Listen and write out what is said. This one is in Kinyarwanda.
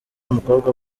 umukobwa